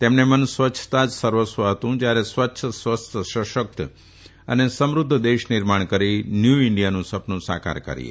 તેમને મન સ્વચ્છતા જ સર્વસ્વ હતું ત્યારે સ્વચ્છ સ્વસ્થ્ય સશક્ત અને સમૃદ્ધ દેશ નિર્માણ કરી ન્યૂ ઇન્ડિયાનું સપનું સાકાર કરીએ